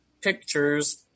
pictures